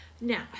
Now